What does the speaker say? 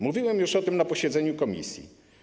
Mówiłem już o tym na posiedzeniu komisji.